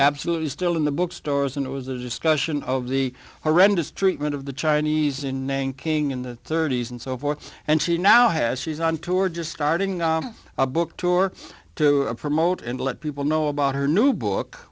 absolutely still in the bookstores and it was a discussion of the horrendous treatment of the chinese in name king in the thirty's and so forth and she now has she's on tour just starting a book tour to promote and let people know about her new book